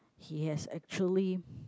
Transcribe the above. he has actually